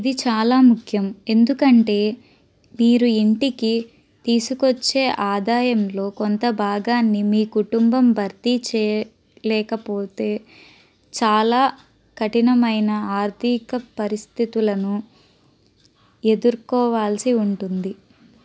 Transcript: ఇది చాలా ముఖ్యం ఎందుకంటే మీరు ఇంటికి తీసుకొచ్చే ఆదాయంలో కొంత భాగాన్ని మీ కుటుంబం భర్తీ చేయలేకపోతే చాలా కఠినమైన ఆర్థిక పరిస్థితులను ఎదుర్కోవాల్సి ఉంటుంది